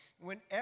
Whenever